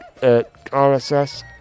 RSS